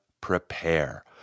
prepare